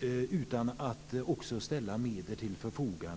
om man inte också ställer medel till förfogande.